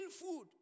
food